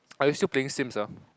are you still playing Sims ah